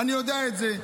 אני יודע את זה.